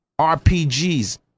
RPGs